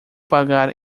pagar